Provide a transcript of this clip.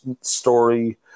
story